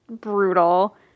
brutal